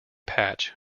patch